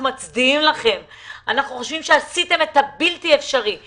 מצדיעים לכם; אנחנו חושבים שעשיתם את הבלתי-אפשרי;